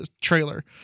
trailer